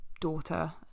daughter